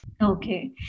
okay